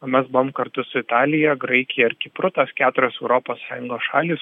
mes buvom kartu su italija graikija ir kipru tos keturios europos sąjungos šalys